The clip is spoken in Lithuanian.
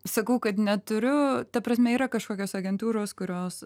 sakau kad neturiu ta prasme yra kažkokios agentūros kurios